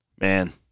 Man